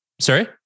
sorry